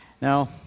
Now